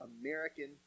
American